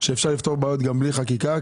שאפשר לפתור בעיות גם בלי חקיקה.